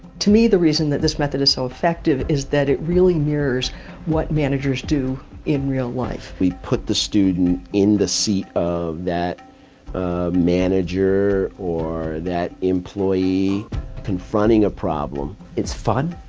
to me, the reason that this method is so effective is that it really mirrors what managers do in real life. we put the student in the seat of that manager or that employee confronting a problem. it's fun,